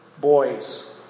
boys